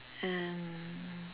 and